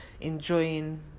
enjoying